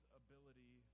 ability